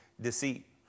deceit